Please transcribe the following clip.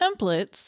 templates